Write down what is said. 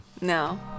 No